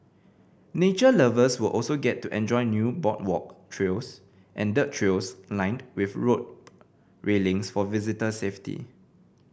nature lovers will also get to enjoy new boardwalk trails and dirt trails lined with rope railings for visitor safety